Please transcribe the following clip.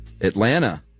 atlanta